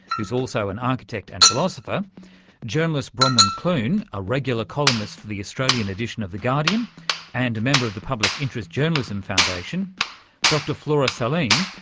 who's also an architect and philosopher journalist bronwen clune a regular columnist for the australian edition of the guardian and a member of the public interest journalism foundation dr flora salim,